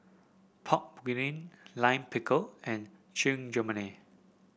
Pork Bulgogi Lime Pickle and Chigenabe